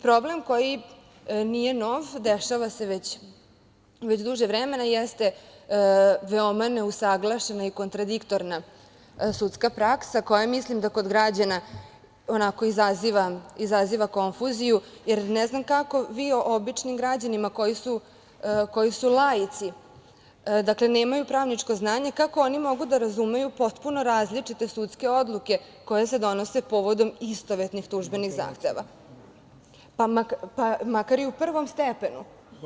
Problem koji nije nov, dešava se već duže vremena, jeste veoma neusaglašena i kontradiktorna sudska praksa koja mislim da kod građana izaziva konfuziju, jer ne znam kako vi običnim građanima koji su laici, nemaju pravničko znanje, kako oni mogu da razumeju potpuno različite sudske odluke koje se donose povodom istovetnih tužbenih zahteva, pa makar i u prvom stepenu?